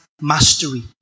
mastery